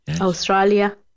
Australia